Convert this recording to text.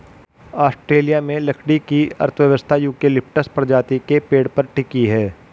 Australia में लकड़ी की अर्थव्यवस्था यूकेलिप्टस प्रजाति के पेड़ पर टिकी है